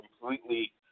completely